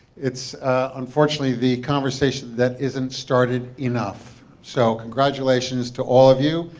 it's unfortunately the conversation that isn't started enough. so congratulations to all of you,